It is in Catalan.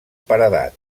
paredat